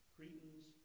Cretans